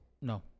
No